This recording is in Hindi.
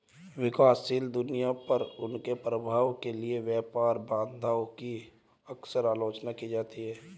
विकासशील दुनिया पर उनके प्रभाव के लिए व्यापार बाधाओं की अक्सर आलोचना की जाती है